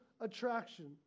attraction